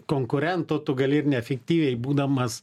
konkurentų tu gali ir neefektyviai būdamas